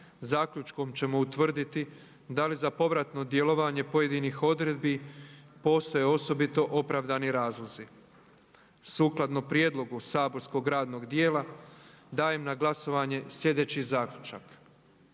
Zaključkom ćemo utvrditi da li za povratno djelovanje pojedinih odredbi postoje osobito opravdani razlozi. Sukladno prijedlogu saborskog radnog dijela dajem na glasovanje slijedeći zaključak